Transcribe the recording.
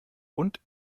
und